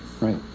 Right